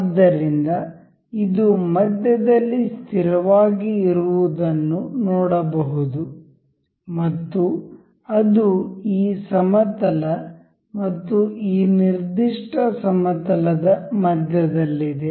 ಆದ್ದರಿಂದ ಇದು ಮಧ್ಯದಲ್ಲಿ ಸ್ಥಿರವಾಗಿ ಇರುವದನ್ನು ನೋಡಬಹುದು ಮತ್ತು ಅದು ಈ ಸಮತಲ ಮತ್ತು ಈ ನಿರ್ದಿಷ್ಟ ಸಮತಲದ ಮಧ್ಯದಲ್ಲಿದೆ